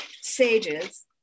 sages